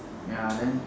ya then